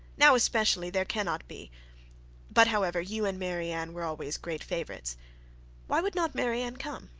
now especially there cannot be but however, you and marianne were always great favourites why would not marianne come?